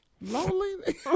lonely